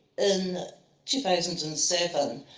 in two thousand and seven,